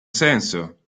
senso